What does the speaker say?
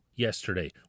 Yesterday